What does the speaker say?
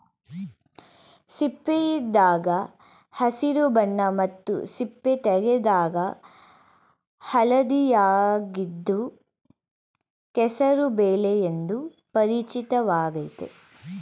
ಸಿಪ್ಪೆಯಿದ್ದಾಗ ಹಸಿರು ಬಣ್ಣ ಮತ್ತು ಸಿಪ್ಪೆ ತೆಗೆದಾಗ ಹಳದಿಯಾಗಿದ್ದು ಹೆಸರು ಬೇಳೆ ಎಂದು ಪರಿಚಿತವಾಗಯ್ತೆ